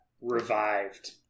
revived